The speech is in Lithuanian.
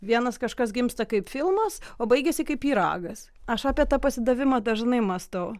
vienas kažkas gimsta kaip filmas o baigiasi kaip pyragas aš apie tą pasidavimą dažnai mąstau